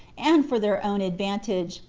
and for their own advantage,